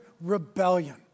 rebellion